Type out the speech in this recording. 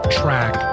track